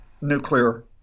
nuclear